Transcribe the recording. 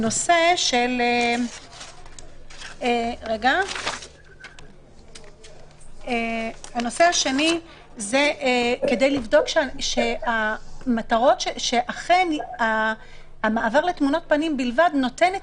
לנושא של המעבר של תמונות פנים בלבד שנותן את